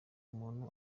umuntu